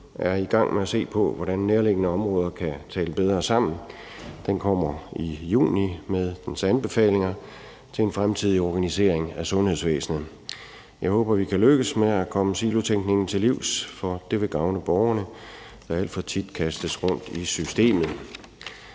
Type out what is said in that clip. er i gang med at se på, hvordan nærliggende områder kan tale bedre sammen, og den kommer i juni med dens anbefalinger, til en fremtidig organisering af sundhedsvæsenet. Jeg håber, vi kan lykkes med at komme silotænkningen til livs, for det vil gavne borgerne, der alt for tit kastes rundt i systemet.